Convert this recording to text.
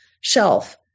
shelf